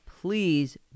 please